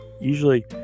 Usually